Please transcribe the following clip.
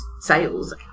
sales